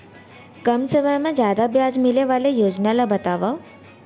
कम समय मा जादा ब्याज मिले वाले योजना ला बतावव